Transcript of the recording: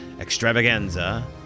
extravaganza